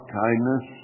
kindness